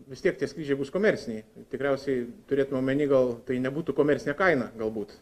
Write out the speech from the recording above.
vis tiek tie skrydžiai bus komerciniai tikriausiai turėjot omeny gal tai nebūtų komercinė kaina galbūt